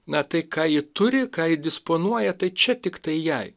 na tai ką ji turi ką disponuoja tai čia tiktai jai